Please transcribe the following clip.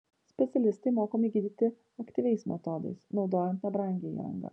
specialistai mokomi gydyti aktyviais metodais naudojant nebrangią įrangą